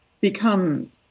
become